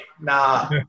Nah